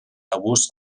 abús